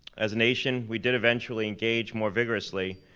as a nation, we did eventually engage more vigorously,